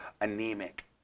anemic